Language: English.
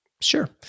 Sure